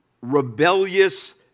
rebellious